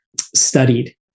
studied